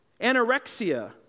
anorexia